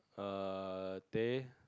err teh